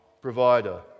provider